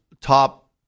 top